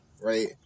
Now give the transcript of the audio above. right